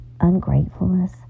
ungratefulness